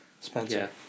Spencer